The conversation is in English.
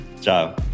Ciao